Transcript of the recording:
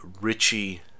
Richie